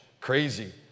crazy